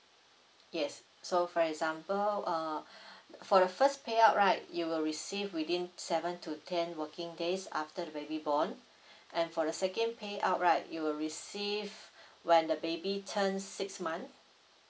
yes so for example uh for the first payout right you will receive within seven to ten working days after baby born and for the second payout right you will receive when the baby turns six month